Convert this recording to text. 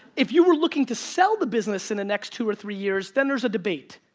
if you were looking to sell the business in the next two or three years, then there's a debate.